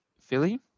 Philly